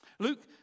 Luke